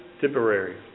temporary